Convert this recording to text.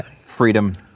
Freedom